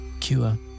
cure